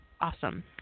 Awesome